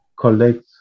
collect